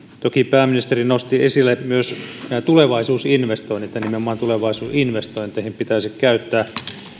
toki pääministeri nosti esille myös tulevaisuusinvestoinnit ja nimenomaan tulevaisuusinvestointeihin tasetta pitäisi käyttää